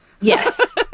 Yes